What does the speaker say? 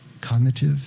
cognitive